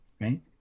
right